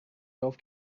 golf